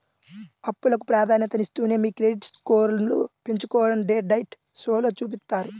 అప్పులకు ప్రాధాన్యతనిస్తూనే మీ క్రెడిట్ స్కోర్ను పెంచుకోడం డెట్ డైట్ షోలో చూపిత్తారు